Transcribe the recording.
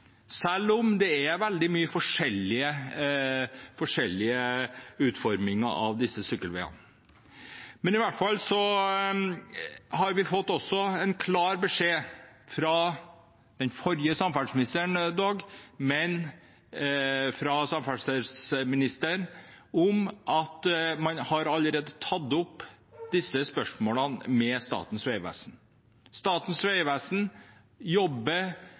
selv om det er veldig mange forskjellige utforminger av disse sykkelveiene. I hvert fall: Vi har også fått en klar beskjed fra samferdselsministeren – den forrige, dog, men fra en samferdselsminister – om at man allerede har tatt opp disse spørsmålene med Statens vegvesen. Statens vegvesen jobber